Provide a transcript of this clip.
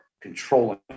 controlling